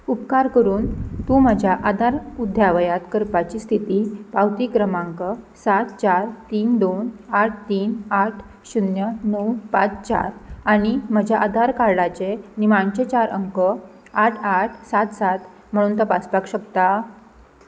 उपकार करून तूं म्हज्या आदार अद्द्यावत करपाची स्थिती पावती क्रमांक सात चार तीन दोन आठ तीन आठ शुन्य णव पांच चार आनी म्हज्या आधार कार्डाचे निमाणचे चार अंक आठ आठ सात सात म्हणून तपासपाक शकता